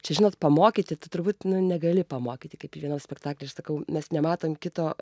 čia žinot pamokyti tai turbūt negali pamokyti kaip i vienam spektakly aš sakau mes nematom kito